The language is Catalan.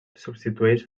substitueix